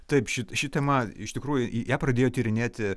taip ši ši tema iš tikrųjų ją pradėjo tyrinėti